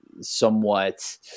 somewhat